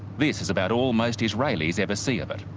this is about all most israelis ever see of it.